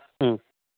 ம்